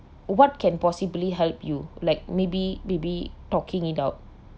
what can possibly help you like maybe maybe talking it out